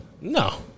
No